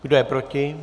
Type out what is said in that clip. Kdo je proti?